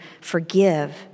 forgive